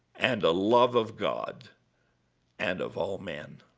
and a love of god and of all men.